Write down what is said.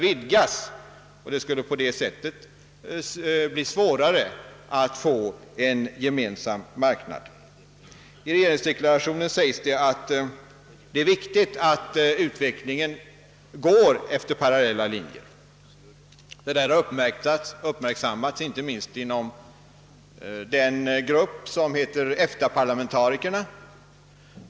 På det sättet skulle det bli svårare att få en gemensam marknad. I regeringsdeklarationen framhålls det att det är viktigt att utvecklingen går efter parallella linjer. Detta har uppmärksammats inte minst inom den grupp som heter EFTA-parlamentarikerna.